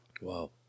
Wow